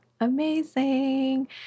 Amazing